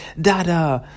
Dada